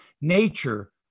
nature